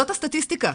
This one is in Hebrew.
זאת הסטטיסטיקה,